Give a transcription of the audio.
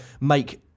make